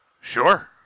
Sure